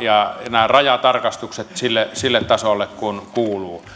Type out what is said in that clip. ja nämä rajatarkastukset sille sille tasolle kuin kuuluu